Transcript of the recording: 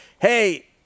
hey